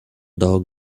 dog